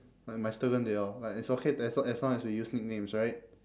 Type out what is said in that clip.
like mystogan they all like it's okay as long as long as we use nicknames right